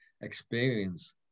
experience